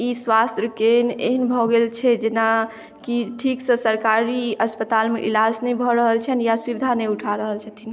ई स्वास्थ्य केन्द्र एहन भऽ गेल छै जेना कि ठीक से सरकारी अस्पतालमे इलाज नै भऽ रहल छैन्ह या सुबिधा नै उठा रहल छथिन